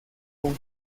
con